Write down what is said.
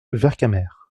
vercamer